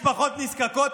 משפחות נזקקות.